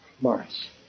Morris